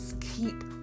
keep